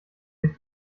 sich